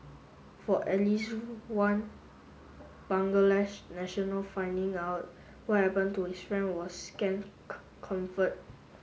for at least one national finding out what happen to his friend was scant comfort